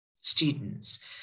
students